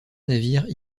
navires